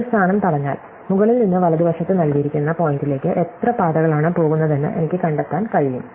ഒരു സ്ഥാനം തടഞ്ഞാൽ മുകളിൽ നിന്ന് വലതുവശത്ത് നൽകിയിരിക്കുന്ന പോയിന്റിലേക്ക് എത്ര പാതകളാണ് പോകുന്നതെന്ന് എനിക്ക് കണ്ടെത്താൻ കഴിയും